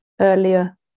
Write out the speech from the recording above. earlier